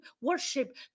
worship